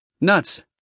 nuts